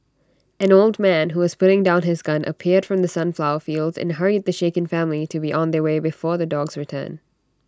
an old man who was putting down his gun appeared from the sunflower fields and hurried the shaken family to be on their way before the dogs return